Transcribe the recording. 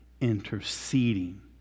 interceding